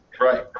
Right